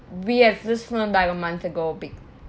we have just flown like a month ago